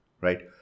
right